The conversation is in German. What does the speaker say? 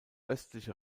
östliche